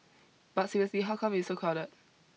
but seriously how come it's so crowded